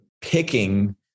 picking